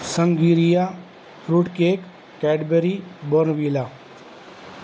sangria fruit cake Cadbury Bournville